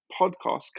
podcast